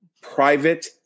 private